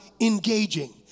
engaging